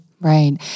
Right